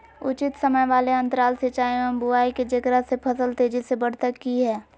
उचित समय वाले अंतराल सिंचाई एवं बुआई के जेकरा से फसल तेजी से बढ़तै कि हेय?